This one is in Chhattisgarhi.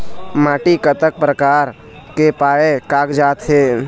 माटी कतक प्रकार के पाये कागजात हे?